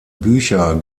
bücher